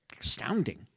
astounding